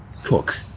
cook